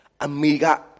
Amiga